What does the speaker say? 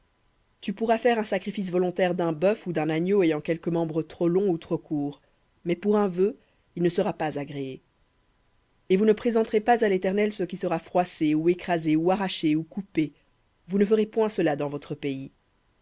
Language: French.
tu pourras faire un sacrifice volontaire d'un bœuf ou d'un agneau ayant quelque membre trop long ou trop court mais pour un vœu ils ne seront pas agréé et vous ne présenterez pas à l'éternel ce qui sera froissé ou écrasé ou arraché ou coupé vous ne ferez point cela dans votre pays